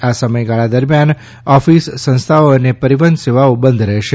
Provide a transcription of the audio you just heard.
આ સમયગાળા દરમિયાન ઓફિસ સંસ્થાઓ અને પરિવહન સેવાઓ બંધ રહેશે